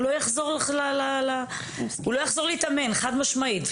הוא לא יחזור להתאמן, חד משמעית.